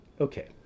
Okay